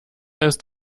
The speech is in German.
ist